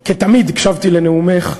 כתמיד, הקשבתי לנאומך.